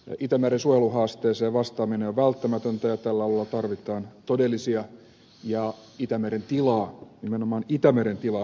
itämeren suojeluhaasteeseen vastaaminen on välttämätöntä ja tällä alueella tarvitaan todellisia ja itämeren tilaa nimenomaan itämeren tilaa parantavia toimia